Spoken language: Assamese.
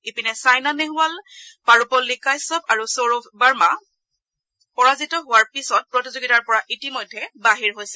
ইপিনে চাইনা নেহৱাল পাৰুপল্লি কাশ্যপ আৰু সৌৰভ বাৰ্মা পৰাজিত হোৱাৰ পাচত প্ৰতিযোগিতাৰ পৰা ইতিমধ্যে বাহিৰ হৈছে